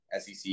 sec